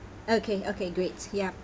okay okay great yup